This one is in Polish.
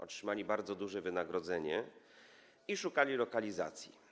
Otrzymali bardzo duże wynagrodzenia i szukali lokalizacji.